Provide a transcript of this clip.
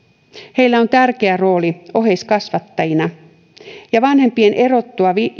heillä on tärkeä rooli oheiskasvattajina ja vanhempien erottua